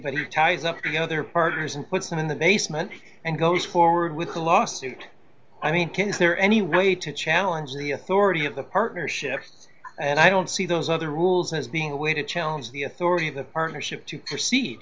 but he ties up the other partners and puts them in the basement and goes forward with the lawsuit i mean ken is there any way to challenge the authority of the partnerships and i don't see those other rules as being a way to challenge the authority of the partnership to perce